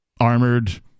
armored